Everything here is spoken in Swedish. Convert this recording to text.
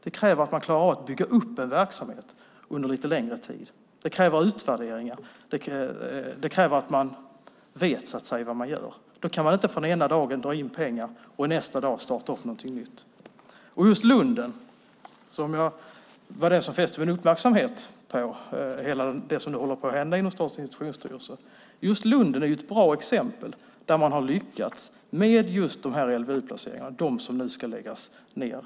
Det kräver att man klarar av att bygga upp en verksamhet under längre tid. Det kräver utvärderingar. Det kräver att man vet vad man gör. Då kan man inte dra in pengar den ena dagen och starta något nytt nästa. Det var Lunden som fäste min uppmärksamhet på vad som håller på att hända inom Statens institutionsstyrelse. Lunden är ett exempel där man har lyckats med LVU-placeringar - de som nu ska läggas ned.